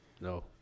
No